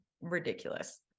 ridiculous